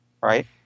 right